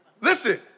Listen